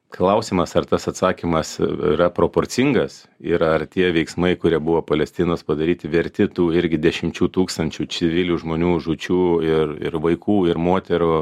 klausimas ar tas atsakymas yra proporcingas ir ar tie veiksmai kurie buvo palestinos padaryti verti tų irgi dešimčių tūkstančių civilių žmonių žūčių ir ir vaikų ir moterų